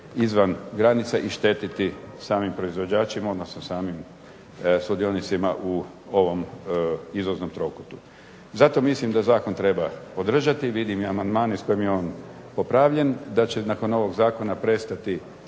izvan granica i štetiti samim proizvođačima, odnosno samim sudionicima u ovom izvoznom trokutu. Zato mislim da zakon treba podržati, vidim i amandmane s kojim je on popravljen. Da će nakon ovog zakona prestati